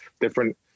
different